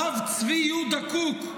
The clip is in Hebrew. הרב צבי יהודה קוק,